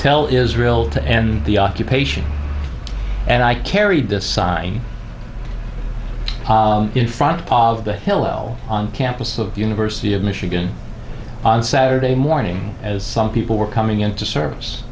tell israel to end the occupation and i carried this sign in front of the hillel campus of university of michigan on saturday morning as some people were coming in to service